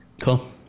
Cool